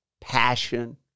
passion